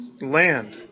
land